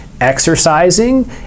exercising